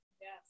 Yes